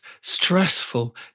stressful